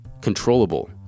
controllable